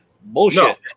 Bullshit